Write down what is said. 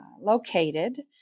located